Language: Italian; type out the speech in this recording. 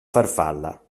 farfalla